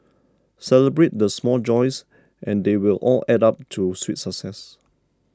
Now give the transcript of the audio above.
celebrate the small joys and they will all add up to sweet success